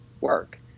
work